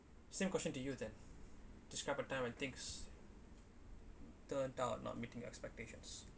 same question to you then describe a time when things turned out not meeting your expectations